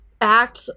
act